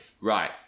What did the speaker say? right